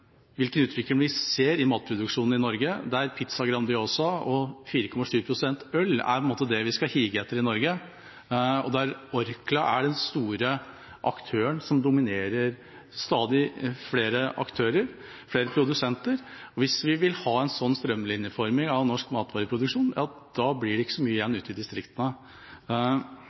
hvilken utvikling vi ser i matproduksjonen i Norge, der Pizza Grandiosa og 4,7 pst.-øl er det vi skal hige etter i Norge, og der Orkla er den store aktøren, som dominerer stadig flere aktører, flere produsenter. Hvis vi vil ha en sånn strømlinjeforming av norsk matvareproduksjon, ja, da blir det ikke så mye igjen ute i distriktene.